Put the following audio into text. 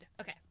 Okay